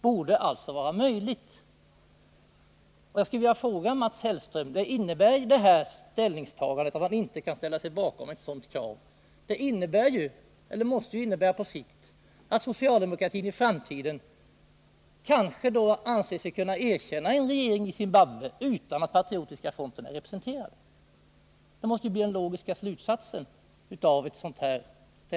Jag skulle vilja säga till Mats Hellström: Att Mats Hellström inte kan ställa sig bakom ett sådant här krav måste väl på sikt innebära att socialdemokratin i framtiden kanske anser sig kunna erkänna en regering i Zimbabwe utan att Patriotiska fronten är representerad. Det måste bli den logiska slutsatsen av ställningstagandet.